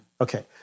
Okay